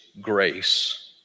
grace